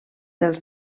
dels